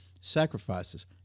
sacrifices